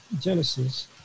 Genesis